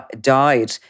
died